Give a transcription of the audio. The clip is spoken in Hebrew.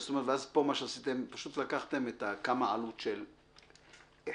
פה פשוט לקחתם את העלות של אחד,